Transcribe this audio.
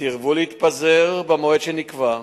סירבו להתפזר במועד שנקבע.